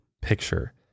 picture